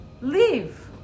leave